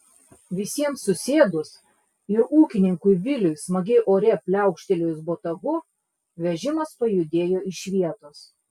visiems susėdus ir ūkininkui viliui smagiai ore pliaukštelėjus botagu vežimas pajudėjo iš vietos